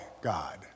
God